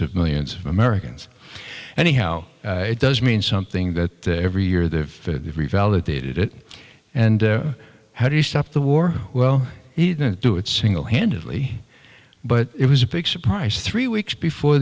of millions of americans and how it does mean something that every year the revalidated it and how do you stop the war well he didn't do it singlehandedly but it was a big surprise three weeks before